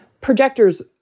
projectors